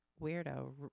weirdo